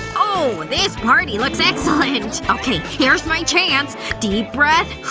oh, this party looks excellent! okay, here's my chance. deep breath